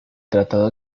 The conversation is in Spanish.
tratado